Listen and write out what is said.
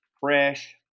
fresh